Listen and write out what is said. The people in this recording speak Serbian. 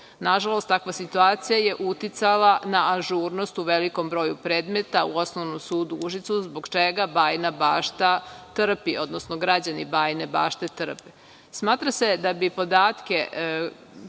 Nažalost, takva situacija je uticala na ažurnost u velikom broju predmeta u Osnovnom sudu u Užicu zbog čega Bajina Bašta trpi, odnosno građani Bajine Bašte trpe. Smatra se da bi podatke